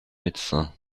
médecin